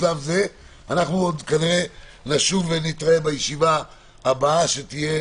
כנראה נשוב ונתראה בישיבה הבאה שתהיה